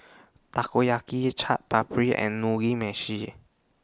Takoyaki Chaat Papri and Mugi Meshi